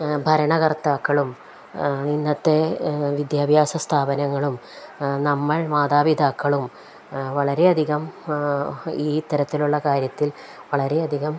ഭരണകർത്താക്കളും ഇന്നത്തെ വിദ്യാഭ്യാസ സ്ഥാപനങ്ങളും നമ്മൾ മാതാപിതാക്കളും വളരെയധികം ഈത്തരത്തിലുള്ള കാര്യത്തിൽ വളരെയധികം